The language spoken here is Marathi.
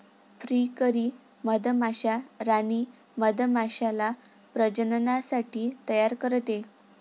फ्रीकरी मधमाश्या राणी मधमाश्याला प्रजननासाठी तयार करते